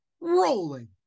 rolling